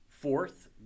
Fourth